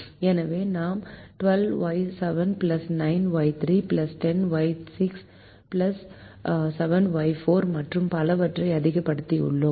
எனவே நாம் 12Y7 9Y3 10Y6 7Y5 மற்றும் பலவற்றை அதிகப்படுத்தியுள்ளோம்